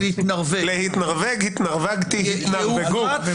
להתנרבג, התנרבגתי, התנרבגו.